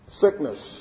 sickness